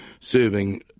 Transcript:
serving